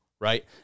right